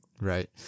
Right